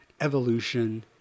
evolution